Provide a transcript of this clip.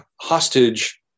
hostage